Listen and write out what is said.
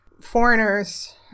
foreigners